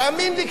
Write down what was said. תאמין לי,